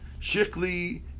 Shikli